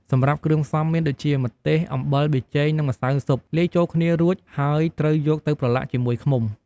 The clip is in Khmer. សម្រាប់គ្រឿងផ្សំមានដូចជា ម្ទេស អំបិល ប៊ីចេង និងម្សៅស៊ុប លាយចូលគ្នារួច ហើយត្រូវយកទៅប្រឡាក់ជាមួយឃ្មុំ។